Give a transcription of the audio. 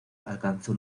alcanzó